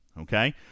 okay